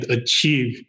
achieve